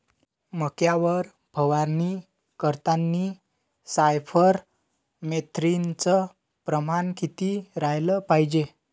मक्यावर फवारनी करतांनी सायफर मेथ्रीनचं प्रमान किती रायलं पायजे?